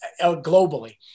globally